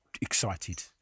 excited